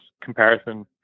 comparison